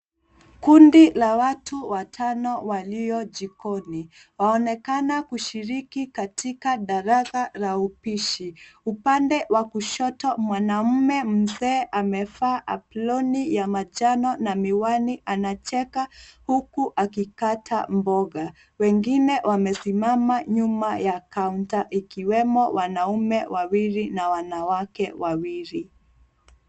Kundi la watu watano walio jikoni waonekana kushiriki katika darasa la upishi. Upande wa kushoto mwanamume mzee amevaa aproni ya manjano na miwani anacheka huku akikata mboga. Wengine wamesimama nyuma ya kaunta ikiwemo wanaume wawili na wanawake wawili.